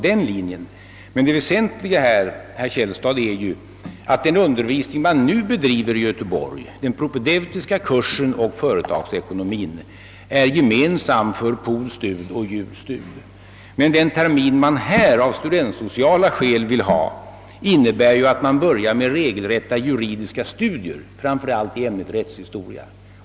Det väsentliga här, herr Källstad, är ju att den undervisning som nu bedrivs i Göteborg — den propedeutiska kursen och den i företagsekonomi är gemensam för politices och juris studerande, men att av studiesociala skäl förlägga ytterligare en termin till Göteborg innebär att man börjar med regelrätta juridiska studier, framför allt i ämnet rättshistoria.